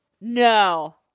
No